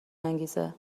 انگیزه